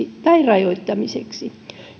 tai rajoittamiseksi